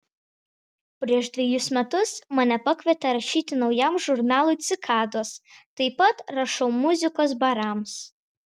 prieš dvejus metus mane pakvietė rašyti naujam žurnalui cikados taip pat rašau muzikos barams